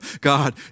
God